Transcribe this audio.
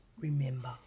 remember